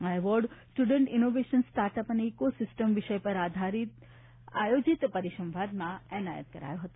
આ award student innovation startup અને ecosystem વિષય પર આયોજિત પરિસંવાદમાં એનાયત કરાયો હતો